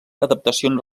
adaptacions